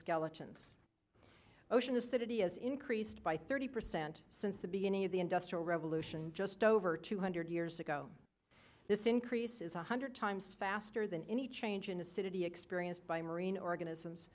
skeletons ocean acidity has increased by thirty percent since the beginning of the industrial revolution just over two hundred years ago this increases a hundred times faster than any change in acidity experienced by marine organisms